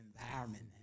environment